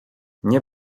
nie